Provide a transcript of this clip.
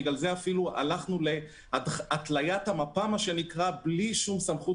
בגלל זה הלכנו לכיוון של התליית המפה בלי שום סמכות